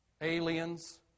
aliens